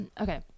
okay